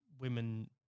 women